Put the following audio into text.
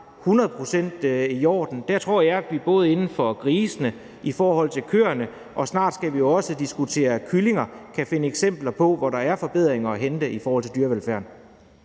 procent i orden. Der tror jeg, at vi både i forhold til grise, i forhold til køer, og snart skal vi jo også diskutere kyllinger, kan finde eksempler på, at der er forbedringer at hente i forhold til dyrevelfærden.